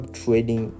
trading